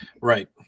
Right